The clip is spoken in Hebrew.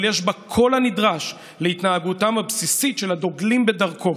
אבל יש בה כל הנדרש להתנהגותם הבסיסית של הדוגלים בדרכו: